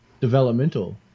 developmental